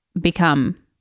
become